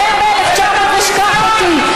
אתם "אלף תשע מאות ושכח אותי".